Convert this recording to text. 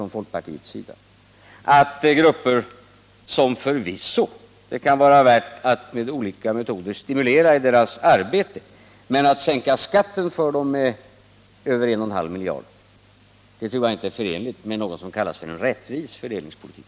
Förvisso kan det vara värt att med olika metoder stimulera dessa grupper i deras arbete, men att sänka skatten för dem med över en och en halv miljard tror jag inte är förenligt med en rättvis fördelningspolitik.